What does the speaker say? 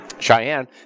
Cheyenne